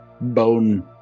bone